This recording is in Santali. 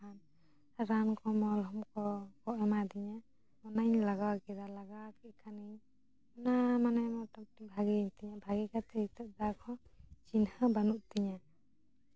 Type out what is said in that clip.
ᱨᱟᱱ ᱠᱚ ᱢᱚᱞᱦᱚᱢ ᱠᱚ ᱮᱢᱟ ᱫᱤᱧᱟᱹ ᱚᱱᱟᱧ ᱞᱟᱜᱟᱣ ᱠᱮᱫᱟ ᱞᱟᱜᱟᱣ ᱠᱮᱫ ᱠᱷᱟᱱᱤᱧ ᱚᱱᱟ ᱢᱟᱱᱮ ᱢᱚᱴᱟᱢᱩᱴᱤ ᱵᱷᱟᱜᱤᱭᱮᱱ ᱛᱤᱧᱟᱹ ᱵᱷᱟᱜᱮ ᱠᱟᱛᱮ ᱱᱤᱛᱳᱜ ᱫᱟᱜᱽ ᱦᱚᱸ ᱪᱤᱱᱦᱟᱹ ᱵᱟᱹᱱᱩᱜ ᱛᱤᱧᱟᱹ